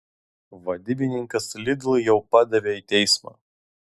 vadybininkas lidl jau padavė į teismą